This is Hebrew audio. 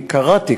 שקראתי,